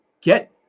Get